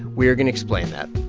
we are going to explain that